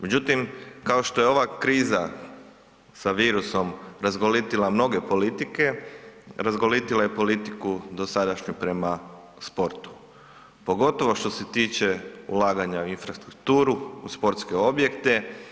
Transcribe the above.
Međutim, kao što je ova kriza sa virusom razgolitila mnoge politike, razgolitila je politiku dosadašnju prema sportu, pogotovo što se tiče ulaganja u infrastrukturu, u sportske objekte.